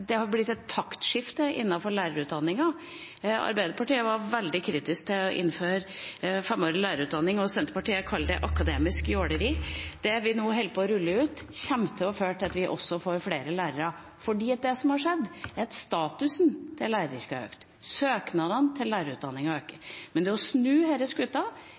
det har blitt et taktskifte innenfor lærerutdanningen. Arbeiderpartiet var veldig kritisk til å innføre femårig lærerutdanning, og Senterpartiet kalte det «akademisk jåleri». Det vi nå holder på å rulle ut, kommer til å føre til at vi også får flere lærere, for det som har skjedd, er at statusen til læreryrket har økt. Søknaden til lærerutdanningen øker. Det å snu